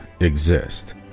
exist